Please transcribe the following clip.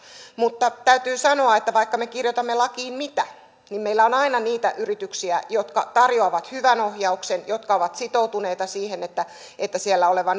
mutta täytyy sanoa että vaikka me kirjoitamme lakiin mitä niin meillä on aina niitä yrityksiä jotka tarjoavat hyvän ohjauksen jotka ovat sitoutuneita siihen että siellä oleva